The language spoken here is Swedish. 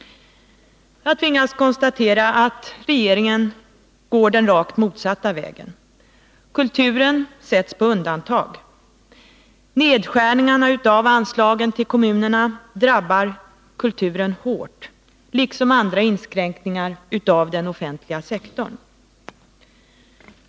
Jag tvingas konstatera att regeringen går den rakt motsatta vägen. Kulturen sätts på undantag. Nedskärningarna av anslagen till kommunerna drabbar kulturen hårt liksom andra inskränkningar på den offentliga sektorn.